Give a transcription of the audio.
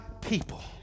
people